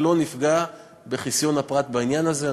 לא נפגע בחסיון הפרט בעניין הזה.